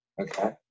Okay